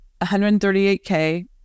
138K